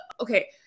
okay